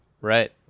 right